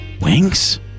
Wings